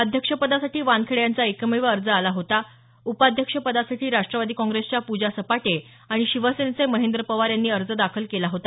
अध्यक्षपदासाठी वानखेडे यांचा एकमेव अर्ज आला होता उपाध्यक्षपदासाठी राष्ट्रवादी काँग्रेसच्या पूजा सपाटे आणि शिवसेनेचे महेंद्र पवार यानी अर्ज दाखल केला होता